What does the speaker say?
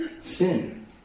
sin